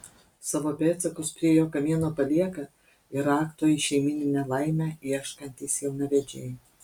savo pėdsakus prie jo kamieno palieka ir rakto į šeimyninę laimę ieškantys jaunavedžiai